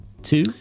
Two